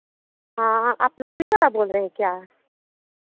हाँ आप लकड़ी वाला बोल रहें क्या